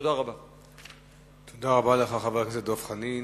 תודה רבה לך, חבר הכנסת דב חנין.